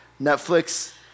Netflix